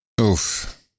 Oof